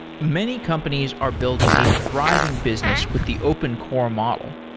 many companies are building a thriving business with the open core model,